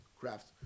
craft